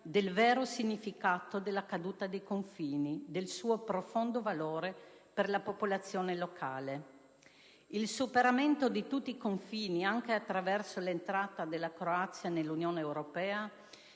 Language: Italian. del vero significato della caduta dei confini, del profondo valore di tale conquista per la popolazione locale. Il superamento di tutti i confini anche attraverso l'adesione della Croazia all'Unione europea